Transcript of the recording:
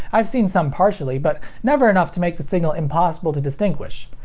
i've seen some partially, but never enough to make the signal impossible to distinguish.